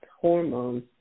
hormones